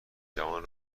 جوان